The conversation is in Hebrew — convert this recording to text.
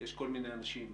יש כל מיני אנשים